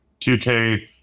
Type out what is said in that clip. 2K